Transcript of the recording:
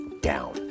down